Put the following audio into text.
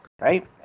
Right